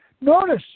Notice